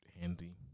handy